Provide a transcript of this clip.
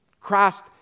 Christ